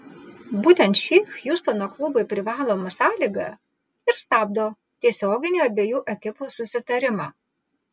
būtent ši hjustono klubui privaloma sąlyga ir stabdo tiesioginį abiejų ekipų susitarimą